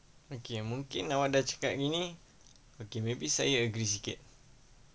okay mungkin awak dah cakap ini okay maybe saya agree sikit